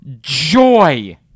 joy